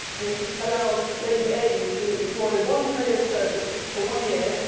which allows lady amy to employ one male servant for one year,